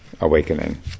awakening